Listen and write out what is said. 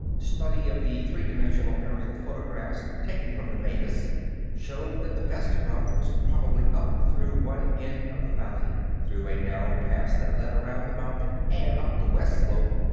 study of the three-dimensional aerial photographs taken from the mavis showed that the best route was probably up through one end of the valley, through a narrow pass that led around the mountain, and up the west slope,